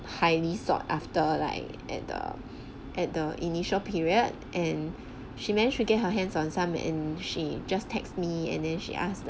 highly sought after like at the at the initial period and she managed to get her hands on some and she just text me and then she ask